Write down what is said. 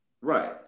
Right